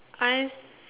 I